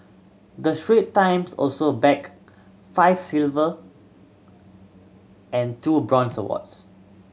the Strait Times also bagged five silver and two bronze awards